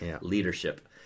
leadership